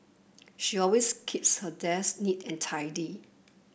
she always keeps her desk neat and tidy